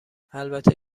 البته